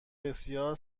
بسیار